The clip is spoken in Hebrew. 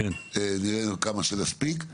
כמה שנספיק.